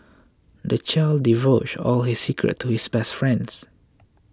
the child divulged all his secrets to his best friends